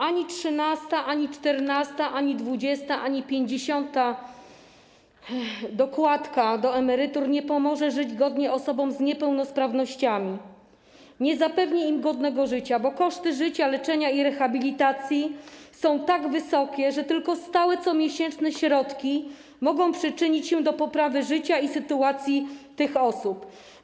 Ani trzynasta ani czternasta, ani dwudziesta, ani pięćdziesiąta dokładka do emerytur nie pomoże żyć godnie osobom z niepełnosprawnościami, nie zapewni im godnego życia, bo koszty życia, leczenia i rehabilitacji są tak wysokie, że tylko stałe comiesięczne środki mogą przyczynić się do poprawy życia i sytuacji tych osób.